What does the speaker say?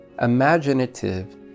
imaginative